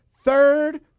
third